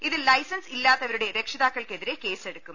ഇതിൽ ലൈസൻസ് ഇല്ലാത്തവരുടെ രക്ഷിതാക്കൾക്കെതിരെ കേസ് എടുക്കും